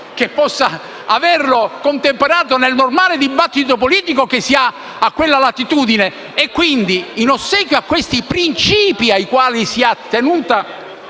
credo possa averlo contemperato nel normale dibattito politico che si ha a quella latitudine. Quindi, in ossequio ai principi ai quali si sono